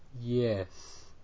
yes